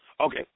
Okay